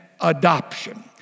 adoption